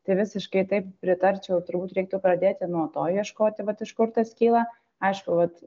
tai visiškai taip pritarčiau turbūt reiktų pradėti nuo to ieškoti vat iš kur tas kyla aišku vat